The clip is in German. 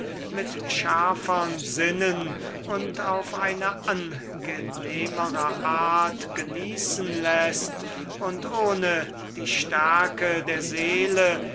mit feinern sinnen und auf eine angenehmere art genießen läßt und ohne diejenige stärke der seele